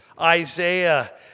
Isaiah